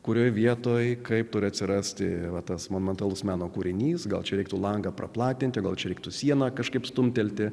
kurioje vietoj kaip turi atsirasti va tas monumentalus meno kūrinys gal čia reiktų langą praplatinti gal čia reiktų sieną kažkaip stumtelti